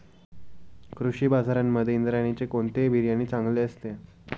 कृषी बाजारांमध्ये इंद्रायणीचे कोणते बियाणे चांगले असते?